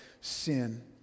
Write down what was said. sin